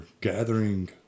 gathering